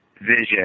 vision